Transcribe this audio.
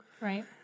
Right